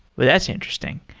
well, that's interesting.